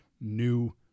new